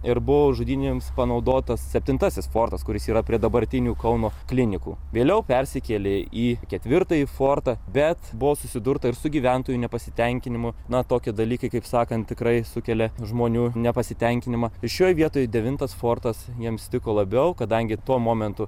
ir buvo žudynėms panaudotas septintasis fortas kuris yra prie dabartinių kauno klinikų vėliau persikėlė į ketvirtąjį fortą bet buvo susidurta ir su gyventojų nepasitenkinimu na tokie dalykai kaip sakant tikrai sukelia žmonių nepasitenkinimą šioje vietoj devintas fortas jiems tiko labiau kadangi tuo momentu